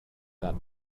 that